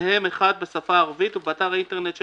מהם אחד בשפה הערבית ובאתר האינטרנט של